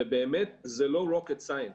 ובאמת זה לא rocket science.